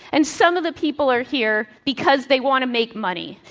and some of the people are here because they want to make money.